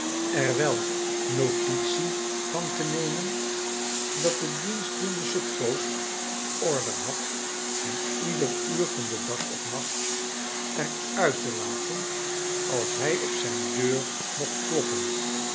er wel notitie van te nemen dat de dienstdoende suppoost order had hem iederuurvan den dag of nacht er uit te laten als hij op zijn deur mocht kloppen